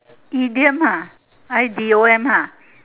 idiom ah I D O M ah